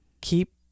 keep